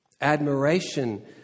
Admiration